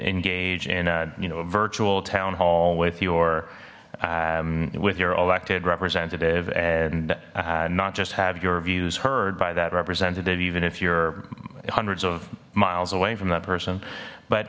engage in a you know a virtual town hall with your with your elected representative and not just have your views heard by that representative even if you're hundreds of miles away from that person but